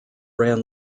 ran